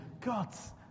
God's